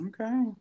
okay